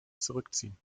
zurückziehen